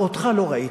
ואותך לא ראיתי.